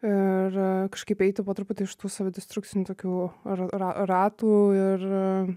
ir kažkaip eiti po truputį iš tų savidestrukcinių tokių r ra ratų ir